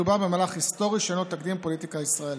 מדובר במהלך היסטורי שאין לו תקדים בפוליטיקה הישראלית.